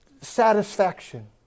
Satisfaction